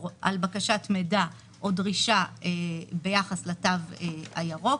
על בקשת מידע או דרישה ביחס לתו הירוק.